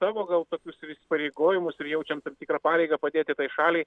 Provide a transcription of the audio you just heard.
savo gal tokius įsipareigojimus ir jaučiame tam tikrą pareigą padėti tai šaliai